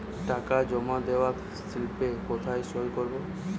টাকা জমা দেওয়ার স্লিপে কোথায় সই করব?